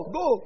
go